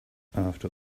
after